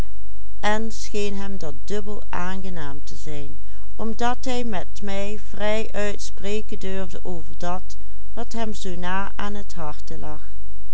omdat hij met mij vrijuit spreken durfde over dat wat hem zoo na aan t harte